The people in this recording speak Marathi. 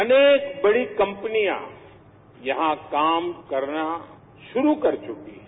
अनेक बडी कंपनीया यहां काम करना शुरू कर चुकी है